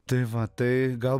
tai va tai gal